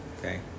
Okay